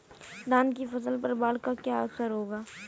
धान की फसल पर बाढ़ का क्या असर होगा?